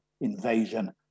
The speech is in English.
invasion